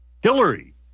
Hillary